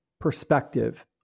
perspective